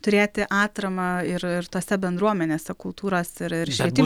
turėti atramą ir ir tose bendruomenėse kultūros ir švietimo